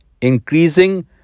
increasing